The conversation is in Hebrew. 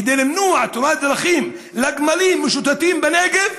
למנוע תאונת דרכים מגמלים משוטטים בנגב